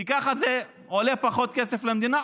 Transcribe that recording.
כי כך זה עולה פחות כסף למדינה.